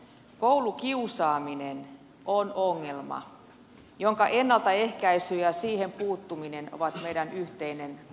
koulukiusaaminen on ongelma jonka ennaltaehkäisy ja johon puuttuminen ovat meidän yhteinen asiamme